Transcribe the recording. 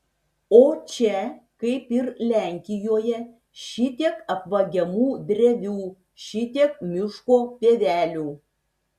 o čia kaip ir lenkijoje šitiek apvagiamų drevių šitiek miško pievelių